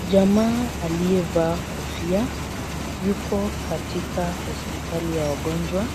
Jamaa aliyevaa kofia yuko katika hospitali ya wagonjwa.